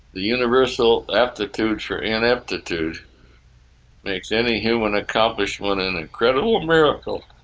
the universal aptitude for ineptitude makes any human accomplishment an incredible miracle